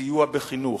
סיוע בחינוך,